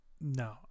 No